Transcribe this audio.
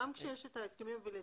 גם כשיש את ההסכמים הבילטרליים?